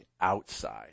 outside